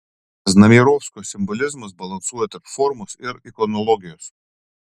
znamierovskio simbolizmas balansuoja tarp formos ir ikonologijos